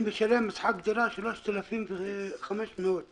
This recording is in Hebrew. אני משלם שכר דירה של 3,500 שקל.